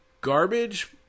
garbage